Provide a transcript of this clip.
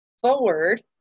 forward